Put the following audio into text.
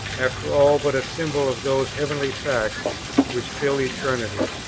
after all but a symbol of those heavenly facts which fill eternity.